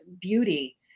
beauty